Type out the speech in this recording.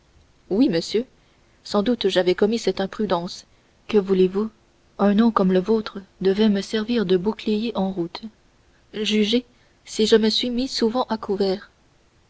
oui monsieur sans doute j'avais commis cette imprudence que voulez-vous un nom comme le vôtre devait me servir de bouclier en route jugez si je me suis mis souvent à couvert